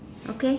okay